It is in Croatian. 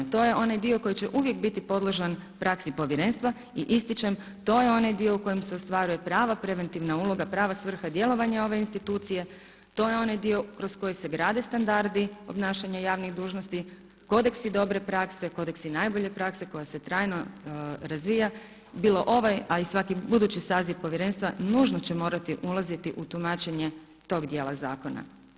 To je onaj dio koji će uvijek biti podložan praksi povjerenstva i ističem to je onaj dio u kojem se ostvaruje prava preventivna uloga, prava svrha djelovanja ove institucije, to je onaj dio kroz koji se grade standardi obnašanja javnih dužnosti, kodeksi dobre prakse, kodeksi najbolje prakse koja se trajno razvija bilo ovaj a i svaki budući saziv povjerenstva nužno će morati ulaziti u tumačenje tog djela zakona.